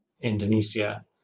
Indonesia